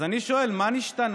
אז אני שואל, מה נשתנה?